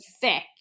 thick